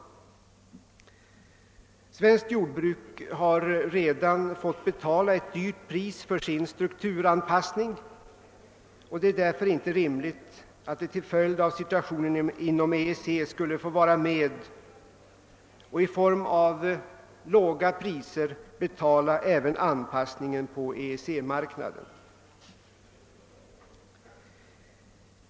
Svenskt jordbruk har redan fått betala ett högt pris för sin strukturanpassning, och det är därför inte rimligt att näringen till följd av situationen inom EEC skulle få vara med och i form av låga priser betala även anpassningen på EEC-marknaden.